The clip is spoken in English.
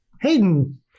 Hayden